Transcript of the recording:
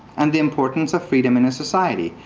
and the importance of freedom in a society.